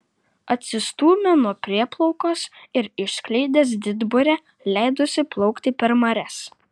atsistūmė nuo prieplaukos ir išskleidęs didburę leidosi plaukti per marias